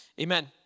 Amen